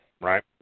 right